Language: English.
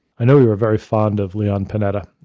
i know you were very fond of leon panetta.